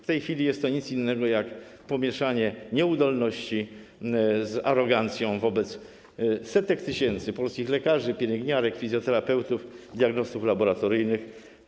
W tej chwili jest to nic innego jak pomieszanie nieudolności z arogancją wobec setek tysięcy polskich lekarzy, pielęgniarek, fizjoterapeutów, diagnostów laboratoryjnych.